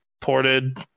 ported